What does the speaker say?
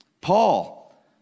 Paul